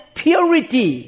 purity